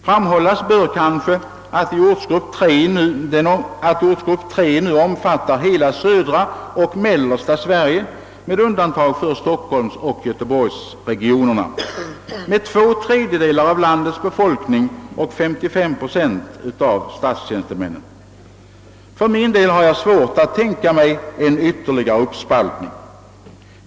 Framhållas bör kanske att ortsgrupp 3 nu omfattar hela södra och mellersta Sverige med undantag för stockholmsoch göteborgsregionerna med två tredjedelar av landets befolkning och 55 procent av statstjänstemännen. För min del har jag svårt att tänka mig en ytterligare uppspaltning.